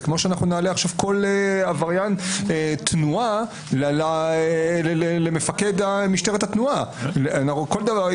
זה כמו שאנחנו נעלה עכשיו כל עבריין תנועה למפקד משטרת התנועה לכל דבר.